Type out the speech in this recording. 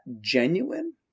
genuine